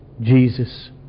Jesus